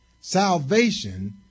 Salvation